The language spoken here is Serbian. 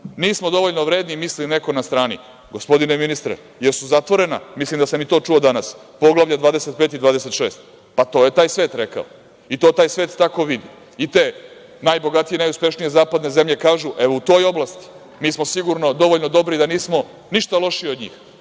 nismo dovoljno vredni, misli neko na strani. Gospodine ministre, da li su zatvorena, mislim da sam i to čuo danas, Poglavlja 25 i 26? Pa, to je taj svet rekao. I to taj svet tako vidi. I te najbogatije, najuspešnije zapadne zemlje kažu, evo u toj oblasti, mi smo sigurno dovoljno dobri da nismo ništa lošiji od njih,